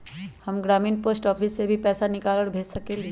हम ग्रामीण post office से भी पैसा निकाल और भेज सकेली?